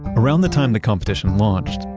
around the time the competition launched,